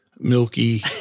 milky